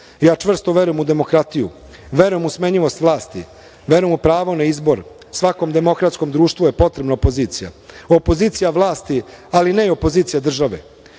čvrsto verujem u demokratiju, verujem u smenjivost vlasti, verujem u pravo na izbor. Svakom demokratskom društvu je potrebna opozicija, opozicija vlasti, ali ne i opozicija države.